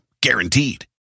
Guaranteed